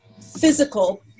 physical